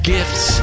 Gifts